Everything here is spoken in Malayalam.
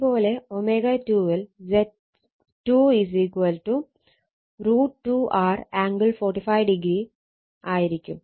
ω2 ൽ Z2 √ 2 R ആംഗിൾ 45° ആയിരിക്കും